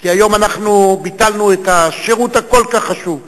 כי היום אנחנו ביטלנו את השירות הכל-כך חשוב,